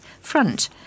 front